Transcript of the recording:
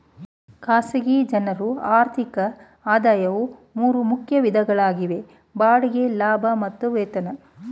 ಖಾಸಗಿ ಜನ್ರು ಆರ್ಥಿಕ ಆದಾಯವು ಮೂರು ಮುಖ್ಯ ವಿಧಗಳಾಗಿವೆ ಬಾಡಿಗೆ ಲಾಭ ಮತ್ತು ವೇತನ